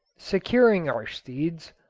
securing our steeds,